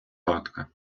гадка